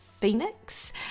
Phoenix